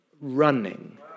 running